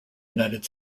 united